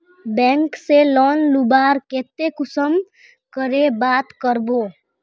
Bank से loan लुबार केते कुंसम करे बात करबो?